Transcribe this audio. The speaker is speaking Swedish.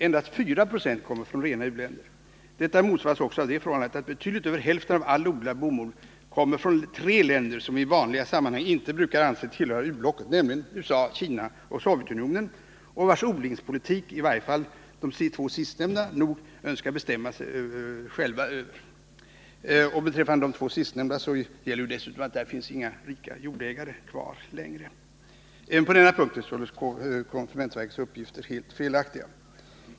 Endast 4 96 kommer från rena u-länder. Detta motsvaras också av det förhållandet att betydligt över hälften av all odlad bomull kommer från tre länder som vi i vanliga sammanhang inte brukar anse tillhöra u-blocket, nämligen USA, Kina och Sovjetunionen, och vilka — det gäller i varje fall de två sistnämnda länderna — nog själva önskar bestämma över jordbrukspolitiken. Beträffande de två sistnämnda gäller dessutom att där inte längre finns kvar några ”rika jordägare”. Även på denna punkt är således konsumentverkets uppgifter helt felaktiga.